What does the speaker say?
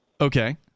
Okay